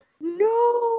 no